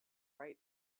right